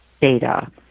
data